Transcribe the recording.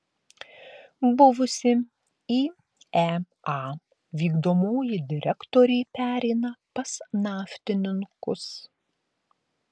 buvusi iea vykdomoji direktorė pereina pas naftininkus